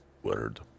Word